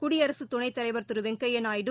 குடியரசு துணைத்தலைவர் திரு வெங்கையா நாயுடு